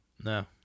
No